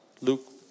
Luke